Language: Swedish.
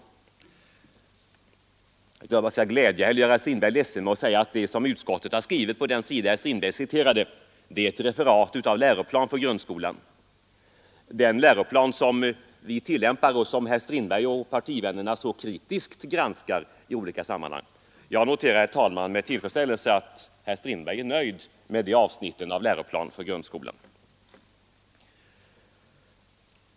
Jag vet inte om jag kan glädja eller göra herr Strindberg ledsen med att säga att det som utskottet har skrivit på den sidan herr Strindberg citerade är ett referat av den läroplan för grundskolan, som vi tillämpar och som herr Strindberg och hans partivänner så kritiskt granskar i olika sammanhang. Jag noterar, herr talman, med tillfredsställelse att herr Strindberg är nöjd med de avsnitten av den nya läroplanen för grundskolan.